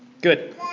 Good